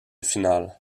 finale